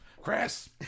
Chris